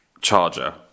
Charger